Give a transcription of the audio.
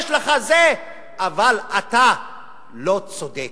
אבל אתה לא צודק,